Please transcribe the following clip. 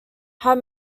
had